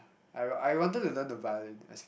I w~ I wanted to learn the violin